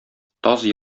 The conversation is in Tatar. таз